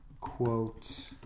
quote